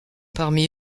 parmi